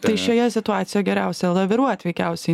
tai šioje situacijoje geriausia laviruot veikiausiai